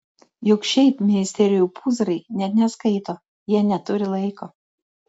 juk šiaip ministerijų pūzrai net neskaito jie neturi laiko